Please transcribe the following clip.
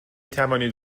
توانید